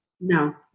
No